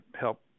help